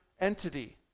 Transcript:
entity